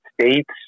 States